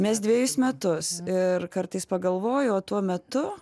mes dvejus metus ir kartais pagalvoju o tuo metu